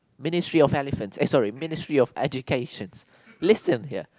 ministry of elephant eh sorry ministry of education listen here